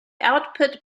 output